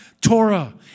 Torah